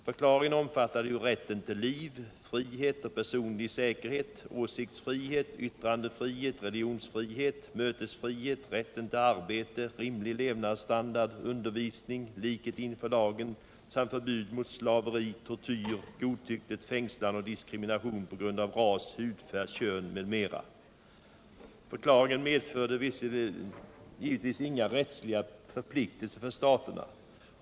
Förklaringen omfattade rätten till liv, frihet och personlig säkerhet, åsiktsfrihet, yttrandefrihet, religionsfrihet, mötesfrihet, rätten till arbete, rimlig levnadsstandard, undervisning, likhet inför lagen samt förbud mot slaveri, tortyr, godtyckligt fängslande och diskrimination på grund av ras, hudfärg, kön m.m. Förklaringen med förde inga rättsliga förpliktelser för staterna.